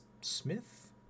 Smith